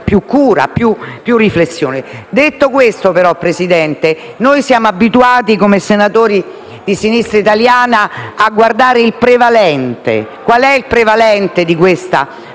una maggiore riflessione. Detto questo, Presidente, siamo abituati, come senatori di Sinistra Italiana, a guardare il prevalente. Qual è il prevalente della